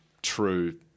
True